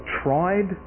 tried